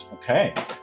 Okay